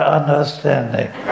understanding